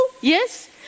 yes